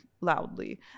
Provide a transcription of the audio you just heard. loudly